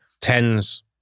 tens